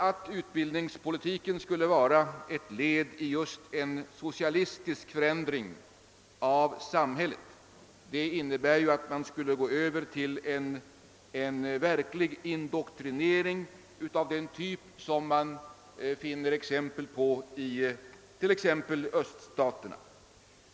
Att utbildningspolitiken skulle vara ett led i just en socialistisk förändring av samhället innebär att man skulle gå över till en verklig indoktrinering av den typ som vi bl a. finner exempel på i öststaterna.